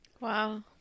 Wow